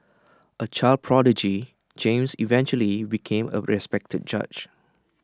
A child prodigy James eventually became A respected judge